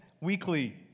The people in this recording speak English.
weekly